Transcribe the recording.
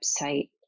website